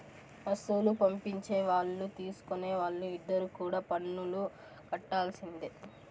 వస్తువులు పంపించే వాళ్ళు తీసుకునే వాళ్ళు ఇద్దరు కూడా పన్నులు కట్టాల్సిందే